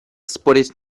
спорить